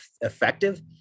effective